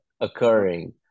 occurring